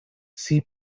see